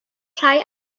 rhai